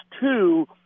two